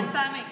חד-פעמי.